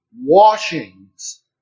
washings